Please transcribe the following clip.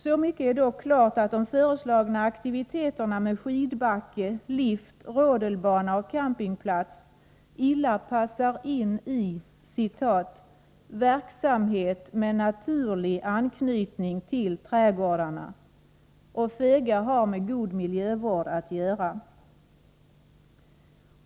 Så mycket är dock klart, att de föreslagna aktiviteterna med skidbacke, lift, rodelbana och campingplats illa passar in i ”verksamhet med naturlig anknytning till trädgårdarna”. Detta har föga med god miljövård att göra.